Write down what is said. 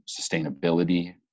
sustainability